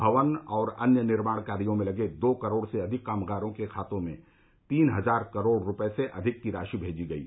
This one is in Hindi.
भवन और अन्य निर्माण कार्यों में लगे दो करोड़ से अधिक कामगारों के खाते में तीन हजार करोड़ रुपए से अधिक की राशि भेजी गयी